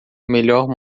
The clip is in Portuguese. melhor